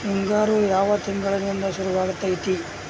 ಹಿಂಗಾರು ಯಾವ ತಿಂಗಳಿನಿಂದ ಶುರುವಾಗತೈತಿ?